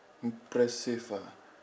impressive ah